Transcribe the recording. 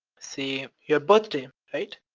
say, your birthday, right?